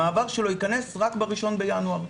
המעבר שלו ייכנס לתוקף רק ב-1 בינואר.